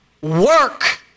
work